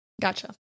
Gotcha